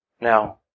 Now